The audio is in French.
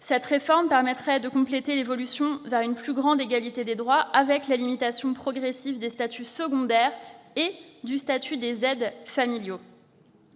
telle réforme permettrait de compléter l'évolution vers l'égalité des droits, avec la limitation progressive des statuts secondaires et du statut des aides familiaux.